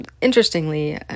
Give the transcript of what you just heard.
interestingly